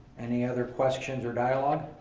any other questions or dialogue?